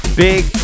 Big